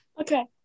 Okay